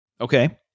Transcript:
Okay